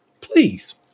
please